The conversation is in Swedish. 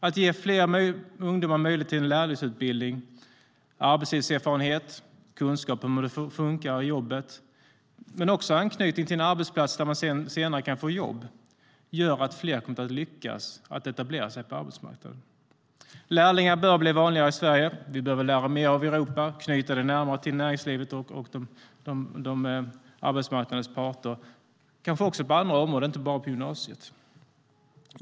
Att ge fler ungdomar möjlighet till lärlingsutbildning, arbetslivserfarenhet och kunskap om hur det fungerar i jobbet - men också en anknytning till en arbetsplats där man senare kan få jobb - gör att fler kommer att lyckas etablera sig på arbetsmarknaden. Lärlingar bör bli vanligare i Sverige. Vi behöver lära mer av Europa, knyta det närmare till näringslivet och arbetsmarknadens parter, kanske också på andra områden och inte bara på gymnasiet.